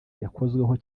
yakozweho